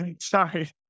Sorry